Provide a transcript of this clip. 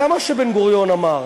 זה מה שבן-גוריון אמר.